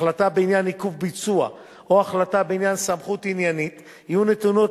החלטה בעניין עיכוב ביצוע או החלטה בעניין סמכות עניינית יהיו ניתנות